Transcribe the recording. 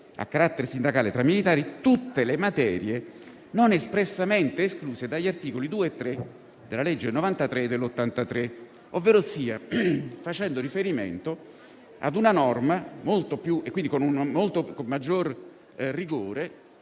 a carattere sindacale tra militari tutte le materie non espressamente escluse dagli articoli 2 e 3 della legge n. 93 del 1983». Si fa così riferimento, con un maggior rigore